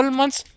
months